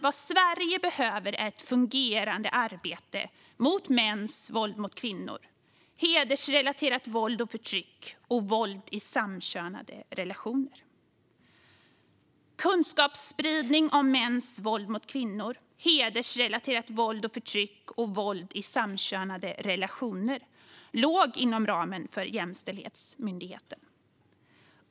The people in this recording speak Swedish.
Vad Sverige behöver är ett fungerande arbete mot mäns våld mot kvinnor, hedersrelaterat våld och förtryck och våld i samkönade relationer. Kunskapsspridning om mäns våld mot kvinnor, hedersrelaterat våld och förtryck och våld i samkönade relationer låg inom ramen för Jämställdhetsmyndigheten.